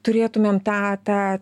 turėtumėm tą tą